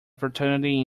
fraternity